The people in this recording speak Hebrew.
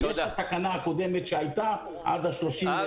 יש את התקנה הקודמת שהייתה עד ה-30 ביולי.